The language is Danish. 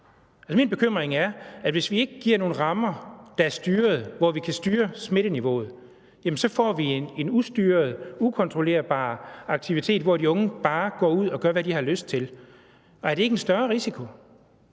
Min bekymring er, at hvis vi ikke giver nogle rammer, der er styrede, og hvor vi kan styre smitteniveauet, så får vi en ustyret, ukontrollerbar aktivitet, hvor de unge bare går ud og gør, hvad de har lyst til. Er det ikke en større risiko?